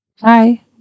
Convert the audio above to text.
Hi